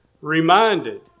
reminded